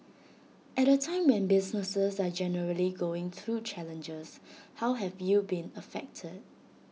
at A time when businesses are generally going through challenges how have you been affected